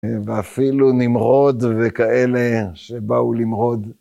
ואפילו נמרוד וכאלה שבאו למרוד.